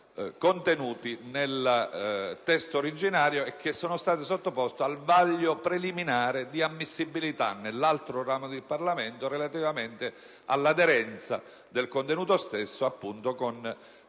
contenuti nel testo originario e sottoposti al vaglio preliminare di ammissibilità nell'altro ramo del Parlamento, relativamente all'aderenza del contenuto stesso con la risoluzione